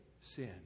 sin